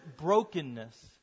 brokenness